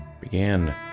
began